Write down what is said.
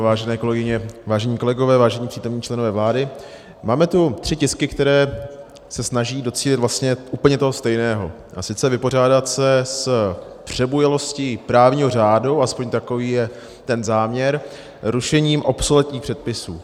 Vážené kolegyně, vážení kolegové, vážení přítomní členové vlády, máme tu tři tisky, které se snaží docílit vlastně úplně toho stejného, a sice vypořádat se s přebujelostí právního řádu alespoň takový je ten záměr rušením obsoletních předpisů.